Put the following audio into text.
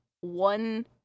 one